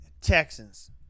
Texans